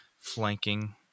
flanking